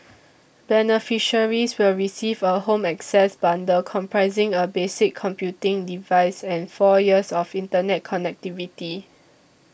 beneficiaries will receive a Home Access bundle comprising a basic computing device and four years of internet connectivity